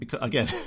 again